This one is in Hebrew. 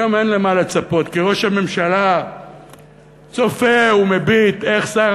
היום אין למה לצפות כי ראש הממשלה צופה ומביט איך שר